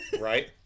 Right